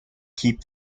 keep